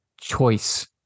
choice